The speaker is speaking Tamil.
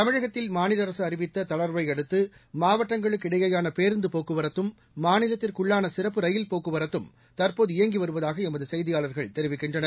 தமிழகத்தில் மாநில அரசு அறிவித்த தளா்வை அடுத்து மாவட்டங்களுக்கு இடையேயான பேருந்து போக்குவரத்தும் மாநிலத்திற்குள்ளான சிறப்பு ரயில் போக்குவரத்தும்தற்போது இயங்கி வருவதாக எமது செய்தியாளர்கள் தெரிவிக்கின்றனர்